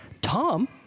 Tom